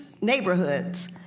neighborhoods